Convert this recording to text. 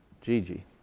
Gigi